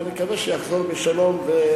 ואני מקווה שיחזור בשלום.